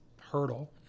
hurdle